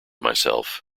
myself